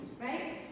right